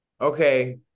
okay